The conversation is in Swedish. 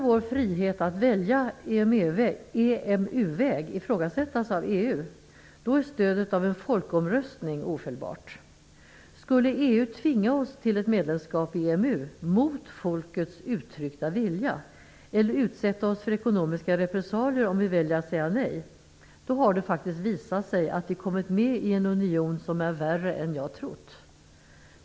Om vår frihet att välja EMU-väg skulle ifrågasättas av EU är stödet av en folkomröstning ofelbart. Om EU skulle tvinga oss till medlemskap i EMU mot folkets uttryckta vilja eller utsätta oss för ekonomiska repressalier om vi väljer att säga nej, har det visat sig att vi kommit med i en union som är värre än jag trott.